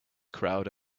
crowd